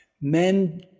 men